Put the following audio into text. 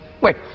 wait